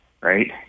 right